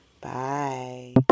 Bye